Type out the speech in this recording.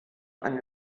eine